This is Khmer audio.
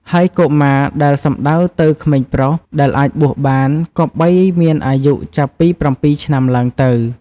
ហើយកុមារ ដែលសំដៅទៅក្មេងប្រុស ដែលអាចបួសបាន គប្បីមានអាយុចាប់ពី ៧ ឆ្នាំឡើងទៅ។